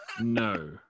no